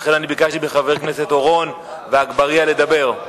ולכן ביקשתי מחברי הכנסת אורון ואגבאריה לדבר.